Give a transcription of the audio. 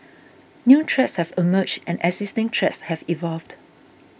new threats have emerged and existing threats have evolved